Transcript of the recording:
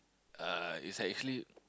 uh it's actually